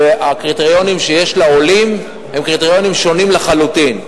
והקריטריונים שיש לעולים הם קריטריונים שונים לחלוטין.